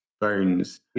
bones